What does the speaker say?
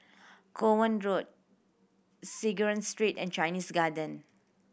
Kovan Road Synagogue Street and Chinese Garden